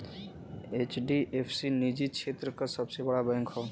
HDFC निजी क्षेत्र क सबसे बड़ा बैंक हौ